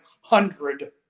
hundred